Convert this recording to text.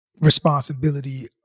responsibility